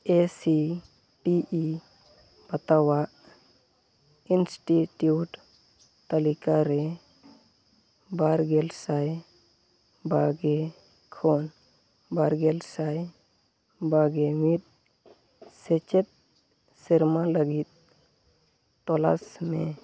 ᱮ C T E ᱵᱟᱛᱟᱣᱟᱜ institute ᱛᱟᱞᱤᱠᱟᱨᱮ ᱵᱟᱨᱜᱮᱞ ᱥᱟᱭ ᱵᱟᱜᱮ ᱠᱷᱚᱱ ᱵᱟᱨᱜᱮᱞ ᱥᱟᱭ ᱵᱟᱜᱮ ᱢᱤᱫ ᱥᱮᱪᱮᱫ ᱥᱮᱨᱢᱟ ᱞᱟᱹᱜᱤᱫ ᱛᱚᱞᱟᱥᱢᱮ